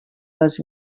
les